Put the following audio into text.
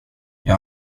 jag